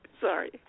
Sorry